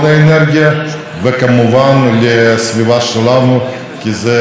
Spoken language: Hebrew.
אני רק שמח שהצעת החוק הזו תעבור.